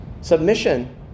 Submission